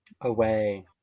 Away